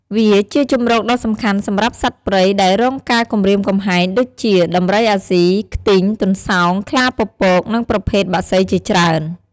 វាជាជម្រកដ៏សំខាន់សម្រាប់សត្វព្រៃដែលរងការគំរាមកំហែងដូចជា ដំរីអាស៊ី ខ្ទីង ទន្សោង ខ្លាពពក និងប្រភេទបក្សីជាច្រើន។